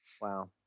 Wow